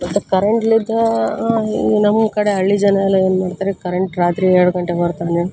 ಕರೆಂಟ್ಲಿದ್ದ ಈಗ ನಮ್ಮ ಕಡೆ ಹಳ್ಳಿ ಜನ ಎಲ್ಲ ಏನು ಮಾಡ್ತಾರೆ ಕರೆಂಟ್ ರಾತ್ರಿ ಎರಡು ಗಂಟೆಗೆ ಬರ್ತದಂದು